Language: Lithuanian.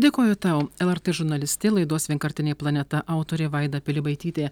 dėkoju tau lrt žurnalistė laidos vienkartinė planeta autorė vaida pilibaitytė